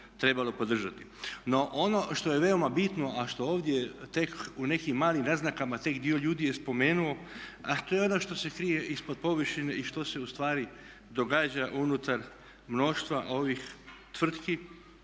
trebalo podržati. No, ono što je veoma bitno, a što ovdje tek u nekim malim naznakama tek dio ljudi je spomenuo, a to je ono što se krije ispod površine i što se ustvari događa unutar mnoštva ovih tvrtki